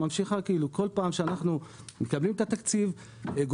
בכל פעם שאנחנו מקבלים את התקציב אנחנו